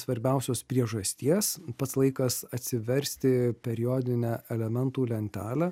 svarbiausios priežasties pats laikas atsiversti periodinę elementų lentelę